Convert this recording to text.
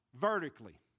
Vertically